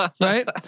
right